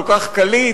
כל כך קליט,